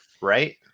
right